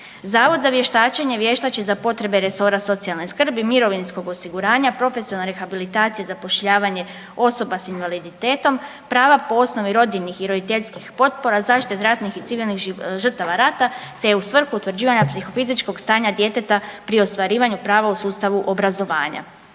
Zavod za vještačenje vještači za potrebe resora socijalne skrbi, mirovinskog osiguranja, profesionalne rehabilitacije, zapošljavanje osoba s invaliditetom, prava po osnovni rodiljnih i roditeljskih potpora, zaštiti ratnih i civilnih žrtava rata te u svrhu utvrđivanja psihofizičkog stanja djeteta pri ostvarivanju prava u sustavu obrazovanja.